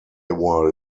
were